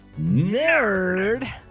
nerd